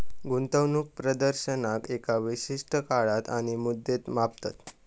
गुंतवणूक प्रदर्शनाक एका विशिष्ट काळात आणि मुद्रेत मापतत